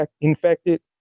infected